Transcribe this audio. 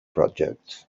projects